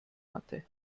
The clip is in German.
hatte